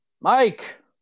Mike